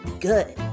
good